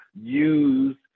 use